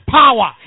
power